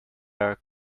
are